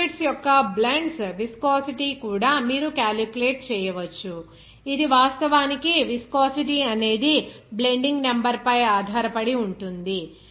liquids యొక్క blends viscosity కూడా మీరు క్యాలిక్యులేట్ చేయవచ్చు ఇది వాస్తవానికి విస్కోసిటీ అనేది బ్లెండింగ్ నెంబర్ పై ఆధారపడి ఉంటుంది